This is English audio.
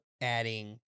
adding